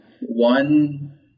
one